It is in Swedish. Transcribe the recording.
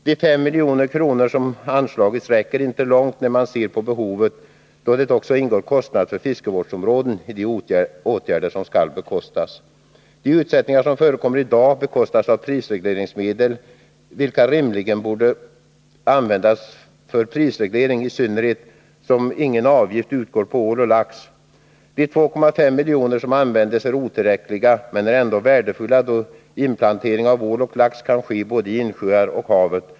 De 5 milj.kr. som anslagits räcker inte långt när man ser på behovet, då också inrättandet av fiskevårdsområden ingår i de åtgärder som skall bekostas. De utsättningar som förekommer i dag bekostas av prisregleringsmedel, vilka rimligen borde användas för prisreglering, i synnerhet som ingen avgift utgår på ål och lax. De 2,5 milj.kr. som använts är otillräckliga men ändå värdefulla, då inplantering av ål och lax kan ske både i insjöar och havet.